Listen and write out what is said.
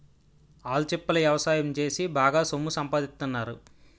ఆల్చిప్పల ఎవసాయం సేసి బాగా సొమ్ము సంపాదిత్తన్నారు